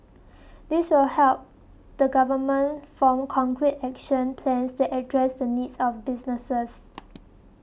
this will help the government form concrete action plans to address the needs of businesses